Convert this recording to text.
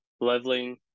leveling